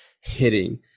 hitting